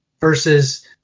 versus